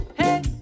hey